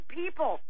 people